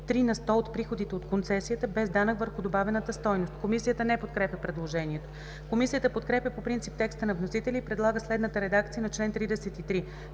3 на сто от приходите от концесията, без данък върху добавената стойност.“ Комисията не подкрепя предложението. Комисията подкрепя по принцип текста на вносителя и предлага следната редакция на чл. 33: